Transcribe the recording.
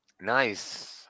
Nice